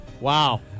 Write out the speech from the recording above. Wow